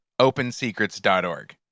OpenSecrets.org